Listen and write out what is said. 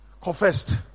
Confessed